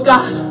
God